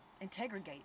Integrate